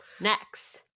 Next